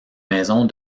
maisons